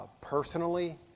personally